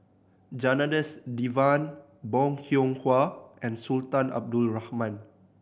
Janadas Devan Bong Hiong Hwa and Sultan Abdul Rahman